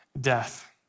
death